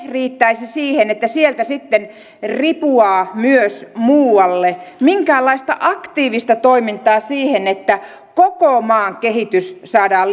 riittäisi sieltä sitten ripuaa myös muualle minkäänlaista aktiivista toimintaa sen eteen että koko maan kehitys saadaan